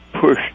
push